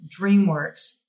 DreamWorks